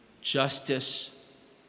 justice